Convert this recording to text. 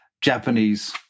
Japanese